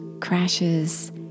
crashes